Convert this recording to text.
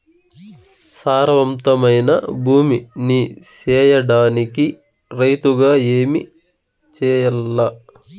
సారవంతమైన భూమి నీ సేయడానికి రైతుగా ఏమి చెయల్ల?